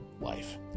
life